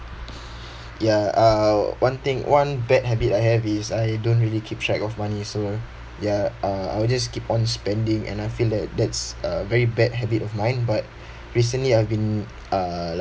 ya uh one thing one bad habit I have is I don't really keep track of money so ya uh I will just keep on spending and I feel that that's a very bad habit of mine but recently I've been uh like